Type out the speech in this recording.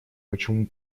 почему